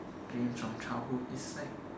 dreams from childhood is like